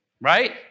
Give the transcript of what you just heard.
right